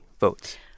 votes